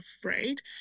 afraid